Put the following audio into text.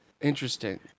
Interesting